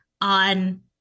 on